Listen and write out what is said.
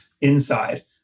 inside